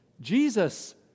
Jesus